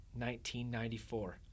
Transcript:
1994